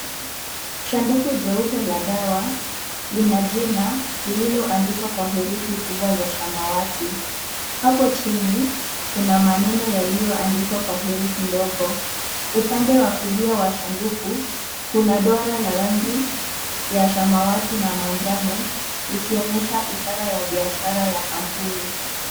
Sanduku jeupe la dawa, lina jina, lililoandikwa kwa herufi kubwa za samawati. Hapo chini, kuna maneno yaliyoandikwa kwa herufi ndogo. Upande wa kulia wa sanduku, kuna dora la rangi ya samawati na manjano, likionyesha ishara ya biashara ya kampuni.